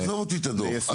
עזוב אותי את הדוח.